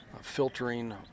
filtering